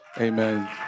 amen